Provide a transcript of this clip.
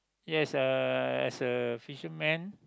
yes uh as a fisherman